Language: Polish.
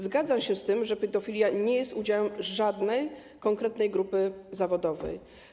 Zgadzam się z tym, że pedofilia nie jest udziałem żadnej konkretnej grupy zawodowej.